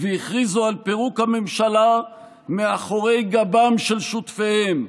והכריזו על פירוק הממשלה מאחורי גבם של שותפיהם,